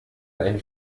ein